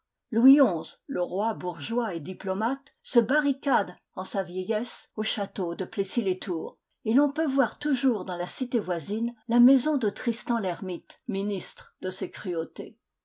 louis xi le roi bourgeois et diplomate se barricade en sa vieillesse au château de plessislès tours et l'on peut voir toujours dans la cité voisine la maison de tristan l'ermite ministre de ses cruautés